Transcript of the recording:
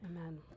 Amen